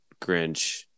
Grinch